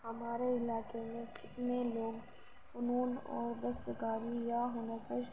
ہمارے علاکے میں کتنے لوگ فنون اور دستکاری یا ہنر پر